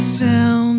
sound